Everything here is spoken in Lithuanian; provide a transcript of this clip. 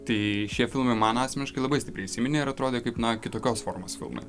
tai šie filmai man asmeniškai labai stipriai įsiminė ir atrodė kaip na kitokios formos filmai